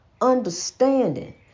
understanding